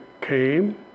came